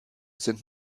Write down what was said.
sind